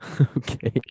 Okay